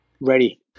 Ready